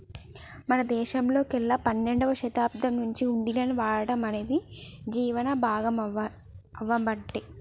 మన దేశంలోకెల్లి పన్నెండవ శతాబ్దం నుంచే హుండీలను వాడటం అనేది జీవనం భాగామవ్వబట్టే